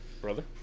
brother